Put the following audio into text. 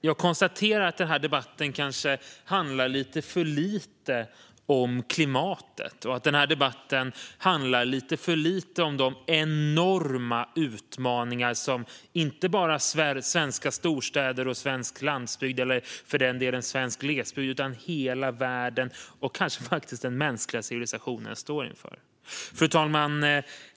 Jag konstaterar att denna debatt kanske handlar lite för lite om klimatet och att denna debatt handlar lite för lite om de enorma utmaningar som inte bara svenska storstäder, svensk landsbygd eller för den delen svensk glesbygd utan hela världen och kanske faktiskt den mänskliga civilisationen står inför. Fru talman!